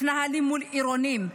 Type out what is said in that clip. מתנחלים מול עירוניים.